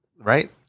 Right